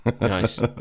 Nice